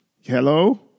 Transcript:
Hello